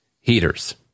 heaters